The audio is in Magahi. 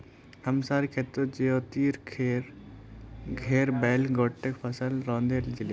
हमसार खेतत ज्योतिर घेर बैल गोट्टे फसलक रौंदे दिले